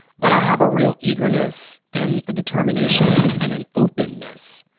but i have a real eagerness and a determination and an openness.